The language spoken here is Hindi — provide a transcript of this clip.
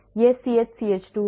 यह CH CH 2 है